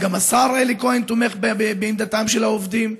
גם השר אלי כהן תומך בעמדתם של העובדים,